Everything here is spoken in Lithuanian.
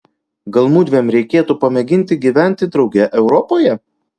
gal mudviem reikėtų pamėginti gyventi drauge europoje